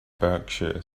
berkshire